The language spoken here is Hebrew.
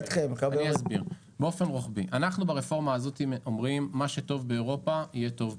אנחנו ברפורמה הזאת אומרים: מה שטוב באירופה יהיה טוב פה.